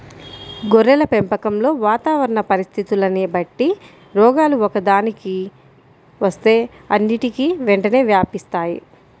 గొర్రెల పెంపకంలో వాతావరణ పరిస్థితులని బట్టి రోగాలు ఒక్కదానికి వస్తే అన్నిటికీ వెంటనే వ్యాపిస్తాయి